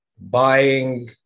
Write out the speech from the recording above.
Buying